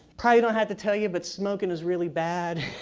probably don't have to tell you, but smoking is really bad.